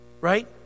Right